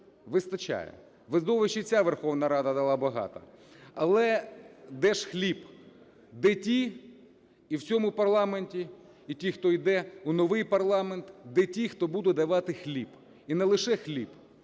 вистачає. Видовищ і ця Верховна Рада дала багато. Але де ж хліб? Де ті, і в цьому парламенті, і ті, хто йде у новий парламент, де ті, хто буде давати хліб? І не лише хліб,